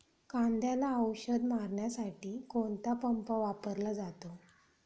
कांद्याला औषध मारण्यासाठी कोणता पंप वापरला जातो?